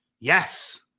Yes